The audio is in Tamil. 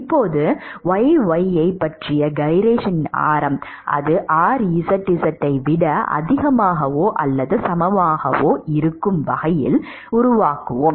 இப்போது yy ஐப் பற்றிய கைரேஷனின் ஆரம் அது rzz ஐ விட அதிகமாகவோ அல்லது சமமாகவோ இருக்கும் வகையில் உருவாக்குவோம்